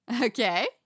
Okay